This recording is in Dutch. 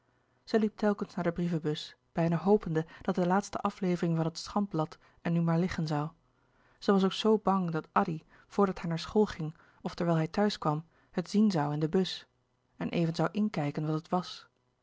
telkens naar de brievenbus bijna hopende dat de laatste aflevering van het schandblad en nu maar liggen zoû zij was ook zoo bang dat addy voordat hij naar school ging of terwijl hij thuis kwam het zien zoû in de bus even zoû inkijken wat het was